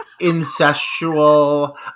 incestual